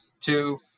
two